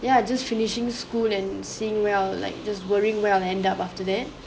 ya just finishing school and seeing well like just worrying well end up after that